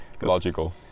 Logical